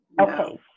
Okay